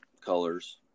colors